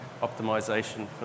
optimization